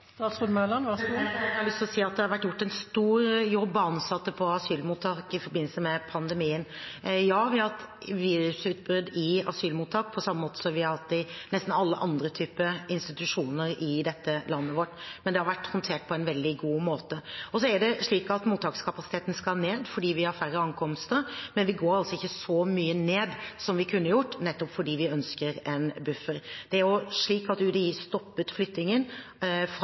Jeg har lyst til å si at det har vært gjort en stor jobb av ansatte på asylmottak i forbindelse med pandemien. Ja, vi har hatt virusutbrudd i asylmottak på samme måte som vi har hatt det i nesten alle andre typer institusjoner i landet vårt, men det har vært håndtert på en veldig god måte. Så er det slik at mottakskapasiteten skal ned fordi vi har færre ankomster, men vi går ikke så mye ned som vi kunne gjort, nettopp fordi vi ønsker en buffer. UDI stoppet flyttingen fra mottak for å sikre at